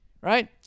Right